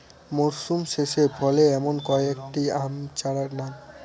মরশুম শেষে ফলে এমন কয়েক টি আম চারার নাম?